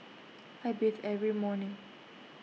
I bathe every morning